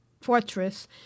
Fortress